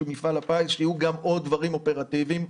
מפעל הפיס שיהיו עוד דברים אופרטיביים,